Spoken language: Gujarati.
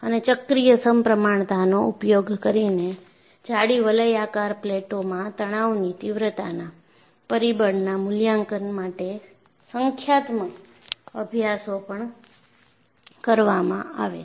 અને ચક્રીય સમપ્રમાણતાનો ઉપયોગ કરીને જાડી વલયાકાર પ્લેટોમાં તણાવની તીવ્રતાના પરિબળના મૂલ્યાંકન માટે સંખ્યાત્મક અભ્યાસો પણ કરવામાં આવે છે